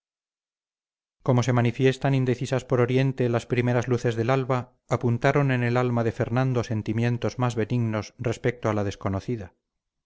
como se manifiestan indecisas por oriente las primeras luces del alba apuntaron en el alma de fernando sentimientos más benignos respecto a la desconocida